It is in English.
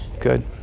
Good